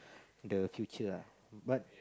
the future lah but